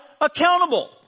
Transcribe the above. accountable